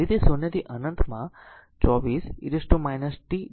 તેથી તે 0 થી અનંત માં 24 e tdt છે